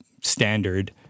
standard